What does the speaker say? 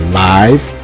live